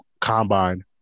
combine